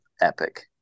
epic